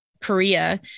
Korea